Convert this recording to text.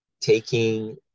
taking